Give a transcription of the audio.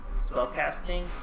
spellcasting